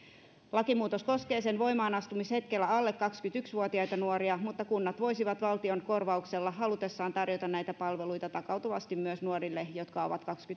lakimuutos koskee sen voimaanastumishetkellä alle kaksikymmentäyksi vuotiaita nuoria mutta kunnat voisivat valtion korvauksella halutessaan tarjota näitä palveluita takautuvasti myös nuorille jotka ovat